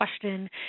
question